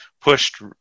pushed